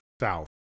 south